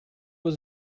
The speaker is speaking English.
was